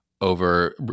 over